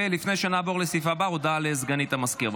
לפני שנעבור לנושא הבא, הודעה לסגנית המזכיר.